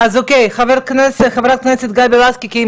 חה"כ גבי לסקי מבקשת לדבר,